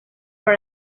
for